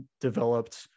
developed